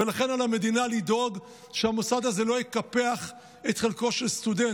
ולכן על המדינה לדאוג שהמוסד הזה לא יקפח את חלקו של סטודנט.